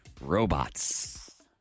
robots